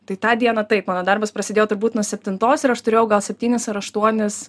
tai tą dieną taip mano darbas prasidėjo turbūt nuo septintos ir aš turėjau gal septynis ar aštuonis